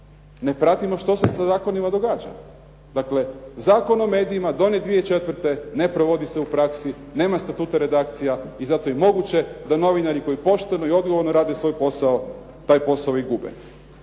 ne pratimo što se sa zakonima događa. Dakle, Zakon o medijima donijet 2004. ne provodi se u praksi, nema statuta redakcija i zato je moguće da novinari koji pošteno i odgovorno rade svoj posao taj posao i gube.